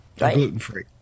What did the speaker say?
Gluten-free